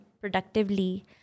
productively